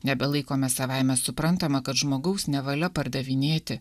nebelaikome savaime suprantama kad žmogaus nevalia pardavinėti